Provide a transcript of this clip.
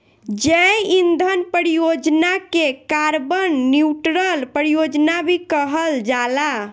जैव ईंधन परियोजना के कार्बन न्यूट्रल परियोजना भी कहल जाला